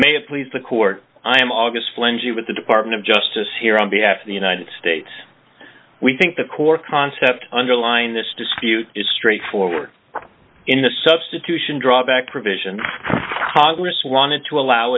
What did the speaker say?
have please the court i am august plenty with the department of justice here on behalf of the united states we think the core concept underlying this dispute is straightforward in the substitution drawback provisions congress wanted to allow